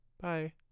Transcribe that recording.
bye